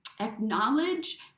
acknowledge